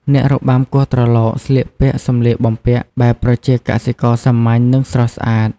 អ្នករបាំគោះត្រឡោកស្លៀកពាក់សម្លៀកបំពាក់បែបប្រជាកសិករសាមញ្ញ និងស្រស់ស្អាត។